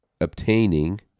obtaining